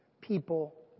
people